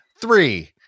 Three